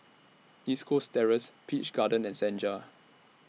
East Coast Terrace Peach Garden and Senja